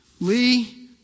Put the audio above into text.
Lee